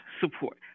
support